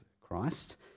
Christ